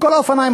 כל האופניים